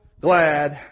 glad